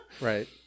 Right